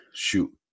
shoot